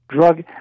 drug